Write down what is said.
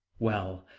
well,